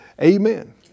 amen